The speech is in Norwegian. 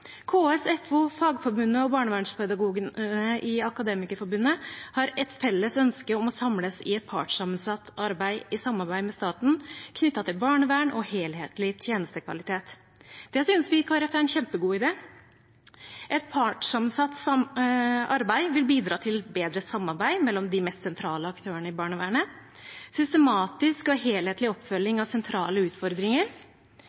KS, FO, Fagforbundet og Barnevernspedagogene i Akademikerforbundet har et felles ønske om å samles i et partssammensatt arbeid i samarbeid med staten, knyttet til barnevern og helhetlig tjenestekvalitet. Det synes vi i Kristelig Folkeparti er en kjempegod idé. Et partssammensatt arbeid vil bidra til bedre samarbeid mellom de mest sentrale aktørene i barnevernet, en systematisk og helhetlig